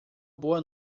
boa